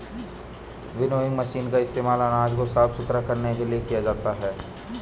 winnowing मशीनों का इस्तेमाल अनाज को साफ सुथरा करने के लिए किया जाता है